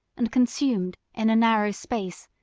and consumed, in a narrow space,